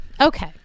Okay